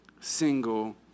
single